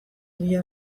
egia